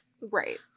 Right